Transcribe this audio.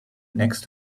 next